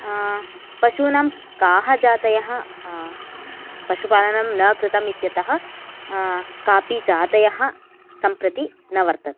पशूनां काः जातयः पशुपालनं न कृतम् इत्यतः कापि जातयः सम्प्रति न वर्तन्ते